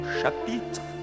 chapitre